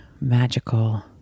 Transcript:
magical